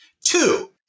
Two